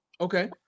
Okay